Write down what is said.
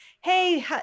Hey